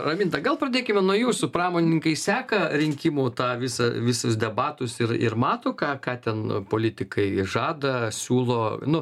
raminta gal pradėkime nuo jūsų pramonininkai seka rinkimų tą visą visus debatus ir ir mato ką ką ten politikai žada siūlo nu